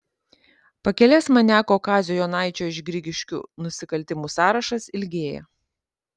pakelės maniako kazio jonaičio iš grigiškių nusikaltimų sąrašas ilgėja